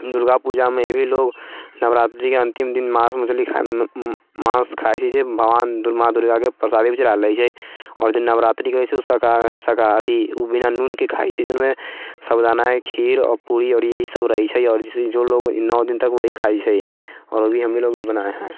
दुर्गा पूजामे भी लोग नवरात्रिके अन्तिम दिन माँस मछली माँस खाइ छै जे भगवान माँ दुर्गाके प्रसादी भी चढ़ायल रहै छै आओर जे नवरात्रि करै छै उ शाकाहारी अथी उ बिना नूनके खाइ छै ओहिमे साबूदानाके खीर आओर पूरी आओर ई सब रहै छै आओर जैसे जो लोग ई नओ दिन तक वही खाइ छै आओर वही हमहीं लोग भी बनाइ है